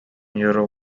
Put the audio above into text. europe